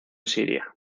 siria